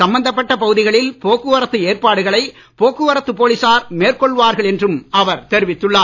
சம்பந்தப்பட்ட பகுதிகளில் போக்குவரத்து ஏற்பாடுகளை போக்குவரத்து போலீசார் மேற்கொள்வார்கள் என்றும் அவர் தெரிவித்துள்ளார்